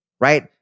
right